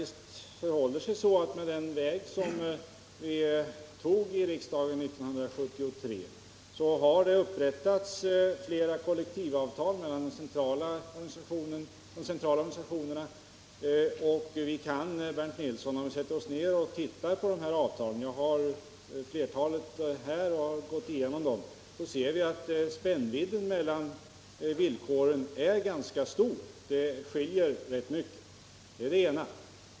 Sedan 1973 har upprättats flera kollektivavtal mellan de centrala organisationerna. Vi kan, Bernt Nilsson, om vi sätter oss ner och närmare undersöker de avtalen — jag har flertalet med mig här — se att spännvidden mellan villkoren är ganska stor; det skiljer rätt mycket där.